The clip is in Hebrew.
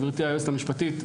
גברתי היועצת המשפטית,